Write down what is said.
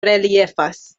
reliefas